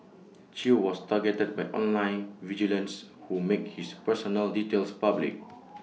chew was targeted by online vigilantes who made his personal details public